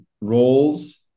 roles